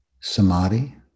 samadhi